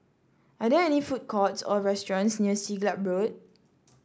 are there any food courts or restaurants near Siglap Road